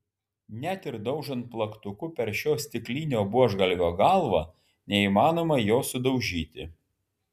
net ir daužant plaktuku per šio stiklinio buožgalvio galvą neįmanoma jo sudaužyti